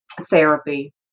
Therapy